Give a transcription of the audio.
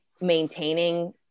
maintaining